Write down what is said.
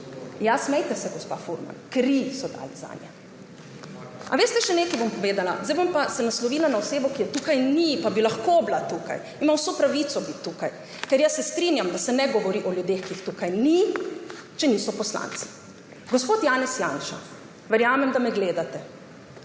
Ja, smejte se, gospa Furman, kri so dali zanjo. Veste, še nekaj bom povedala. Zdaj bom pa naslovila osebo, ki je tukaj ni, pa bi lahko bila tukaj, ima vso pravico biti tukaj. Jaz se strinjam, da se ne govori o ljudeh, ki jih tukaj ni, če niso poslanci. Gospo Janez Janša, verjamem, da me gledate.